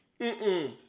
Mm-mm